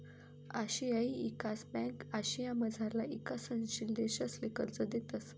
आशियाई ईकास ब्यांक आशियामझारला ईकसनशील देशसले कर्ज देतंस